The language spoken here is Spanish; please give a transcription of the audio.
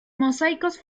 mosaicos